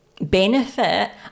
benefit